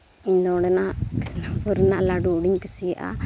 ᱤᱧ ᱚᱸᱰᱮᱱᱟᱜ ᱠᱤᱥᱱᱚᱯᱩᱨ ᱨᱮᱱᱟᱜ ᱞᱟᱹᱰᱩ ᱟᱹᱰᱤᱧ ᱠᱩᱥᱤᱭᱟᱜᱼᱟ